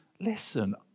listen